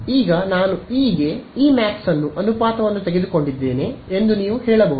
ಈಗ ನಾನು ಇ ಗೆ ಇ ಮ್ಯಾಕ್ಸ್ ಅನುಪಾತವನ್ನು ತೆಗೆದುಕೊಂಡಿದ್ದೇನೆ ಎಂದು ನೀವು ಕೇಳಬಹುದು